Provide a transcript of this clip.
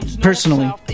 personally